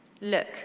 Look